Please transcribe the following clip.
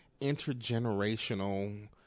intergenerational